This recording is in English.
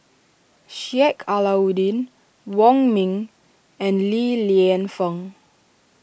Sheik Alau'ddin Wong Ming and Li Lienfung